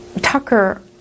Tucker